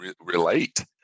relate